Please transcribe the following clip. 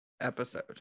episode